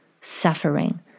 suffering